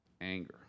anger